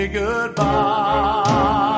goodbye